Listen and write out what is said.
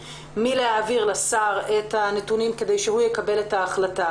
מלהעביר לשר את הנתונים כדי שהוא יקבל את ההחלטה.